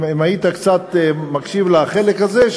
אם היית קצת מקשיב לחלק הזה,